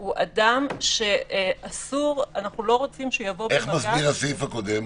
הוא אדם שאנחנו לא רוצים שהוא יבוא במגע --- איך מסביר הסעיף הקודם?